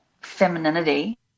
femininity